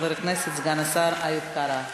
חבר הכנסת סגן השר איוב קרא.